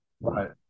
right